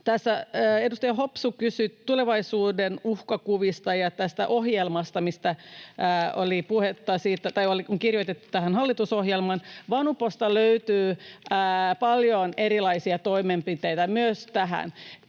tässä. Edustaja Hopsu kysyi tulevaisuuden uhkakuvista ja tästä ohjelmasta, mistä oli puhetta tai mistä oli kirjoitettu hallitusohjelmaan. VANUPOsta löytyy paljon erilaisia toimenpiteitä myös tähän.